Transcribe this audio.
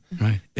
Right